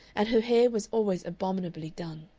and her hair was always abominably done.